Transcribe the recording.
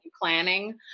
planning